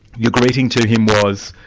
your greeting to him was,